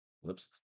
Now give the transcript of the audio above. Whoops